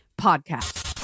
Podcast